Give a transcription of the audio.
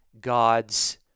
God's